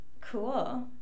Cool